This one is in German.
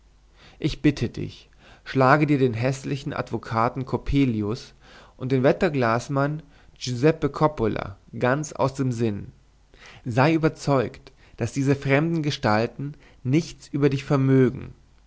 ich bitte dich schlage dir den häßlichen advokaten coppelius und den wetterglasmann giuseppe coppola ganz aus dem sinn sei überzeugt daß diese fremden gestalten nichts über dich vermögen